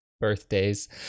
birthdays